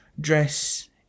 dress